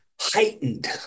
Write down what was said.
heightened